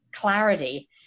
clarity